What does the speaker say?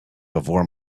before